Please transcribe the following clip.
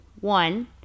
One